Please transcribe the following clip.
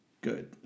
good